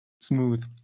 Smooth